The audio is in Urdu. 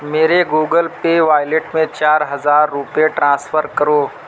میرے گوگل پے وائلٹ میں چار ہزار روپئے ٹرانسفر کرو